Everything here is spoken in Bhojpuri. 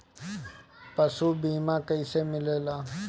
पशु बीमा कैसे मिलेला?